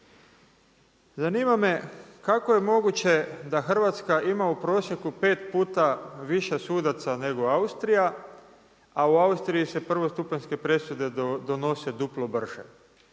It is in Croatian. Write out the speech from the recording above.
Zanima me kako je moguće, da Hrvatska ima u prosjeku 5 puta više sudaca nego Austrija, a u Austriji se prvostupanjske donose duplo brže?